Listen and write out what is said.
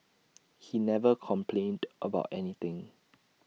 he never complained about anything